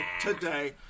today